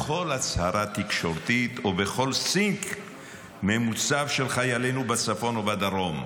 בכל הצהרה תקשורתית ובכל סינק ממוצב של חיילינו בצפון ובדרום.